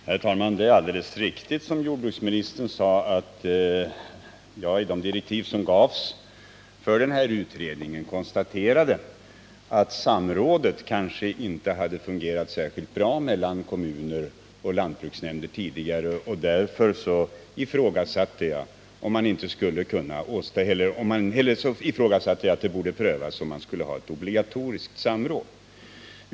Herr talman! Det är alldeles riktigt som jordbruksministern säger att jag i direktiven till jordförvärvsutredningen konstaterade att samrådet tidigare kanske inte hade fungerat särskilt bra mellan kommuner och lantbruksnämnder. Det var därför som jag ansåg att man borde pröva om man skulle ha ett obligatoriskt samråd.